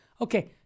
Okay